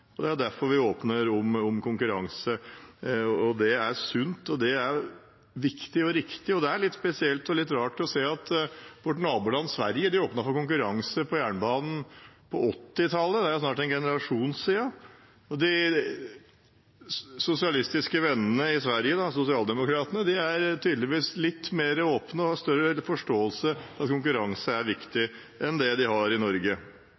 kostnadene. Det er derfor vi åpner for konkurranse. Det er sunt, og det er viktig og riktig. Det er litt spesielt og litt rart å se at vårt naboland Sverige åpnet for konkurranse på jernbanen på 1980-tallet, som snart er en generasjon siden. De sosialistiske vennene i Sverige, sosialdemokratene, er tydeligvis litt mer åpne og har større forståelse for at konkurranse er viktig, enn det de rød-grønne har i